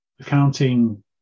accounting